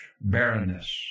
barrenness